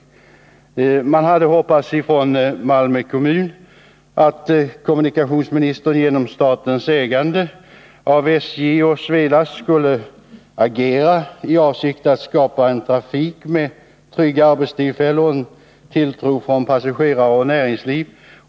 Malmö kommun hade hoppats att kommunikationsministern på grund av statens ägande av SJ och Svelast skulle agera i avsikt att skapa en trafik med trygga arbetstillfällen och tilltro från passagerare och näringsliv.